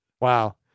Wow